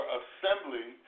assembly